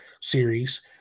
series